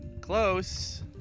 close